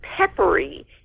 peppery